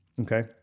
okay